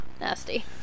nasty